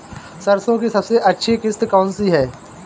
सरसो की सबसे अच्छी किश्त कौन सी है?